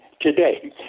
today